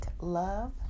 love